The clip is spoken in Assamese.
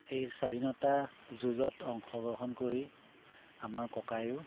এই স্বাধীনতা যুঁজত অংশগ্ৰহণ কৰি আমাৰ ককায়ো